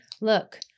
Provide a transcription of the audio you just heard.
Look